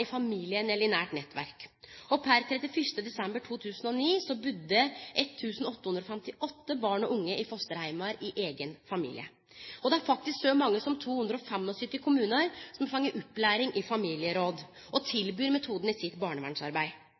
i familien eller i nært nettverk. Per 31. desember 2009 budde 1 858 barn og unge i fosterheimar i eigen familie. Det er faktisk så mange som 275 kommunar som har fått opplæring i familieråd, og som tilbyr metoden i sitt barnevernsarbeid.